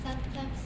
sometimes